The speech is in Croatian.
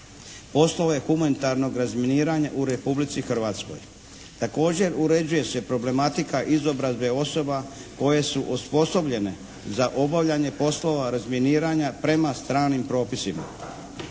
poslove humanitarnog razminiranja u Republici Hrvatskoj. Također uređuje se problematika izobrazbe osoba koje su osposobljene za obavljanje poslova razminiranja prema stranim propisima.